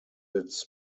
its